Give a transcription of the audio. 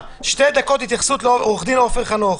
עו"ד עופר חנוך,